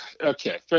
Okay